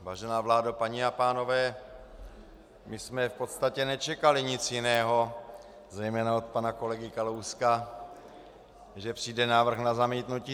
Vážená vládo, paní a pánové, my jsme v podstatě nečekali nic jiného, zejména od pana kolegy Kalouska, než že přijde návrh na zamítnutí.